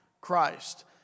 Christ